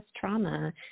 trauma